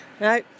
no